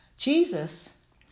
Jesus